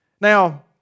Now